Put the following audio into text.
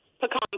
Pecan